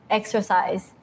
exercise